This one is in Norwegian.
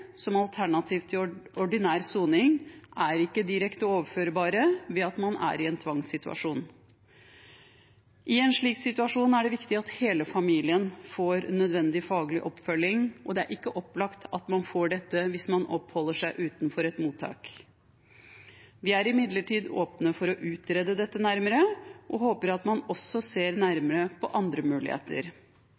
som alternativ til ordinær soning er ikke direkte overførbare, ved at man er i en tvangssituasjon. I en slik situasjon er det viktig at hele familien får nødvendig faglig oppfølging, og det er ikke opplagt at man får dette hvis man oppholder seg utenfor et mottak. Vi er imidlertid åpne for å utrede dette nærmere og håper at man også ser nærmere på andre muligheter.